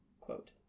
Quote